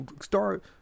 start